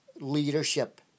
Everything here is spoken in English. leadership